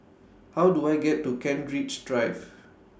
How Do I get to Kent Ridge Drive